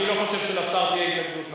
אני לא חושב שלשר תהיה התנגדות להעביר,